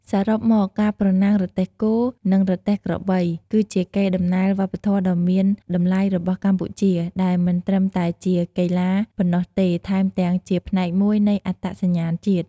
សរុបមក ការប្រណាំងរទេះគោ និងរទេះក្របី គឺជាកេរដំណែលវប្បធម៌ដ៏មានតម្លៃរបស់កម្ពុជា ដែលមិនត្រឹមតែជាកីឡាប៉ុណ្ណោះទេ ថែមទាំងជាផ្នែកមួយនៃអត្តសញ្ញាណជាតិ